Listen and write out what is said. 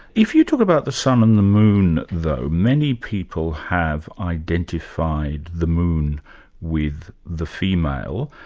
if you talk about the sun and the moon though, many people have identified the moon with the female,